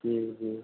हूँ हूँ